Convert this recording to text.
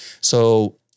So-